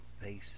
face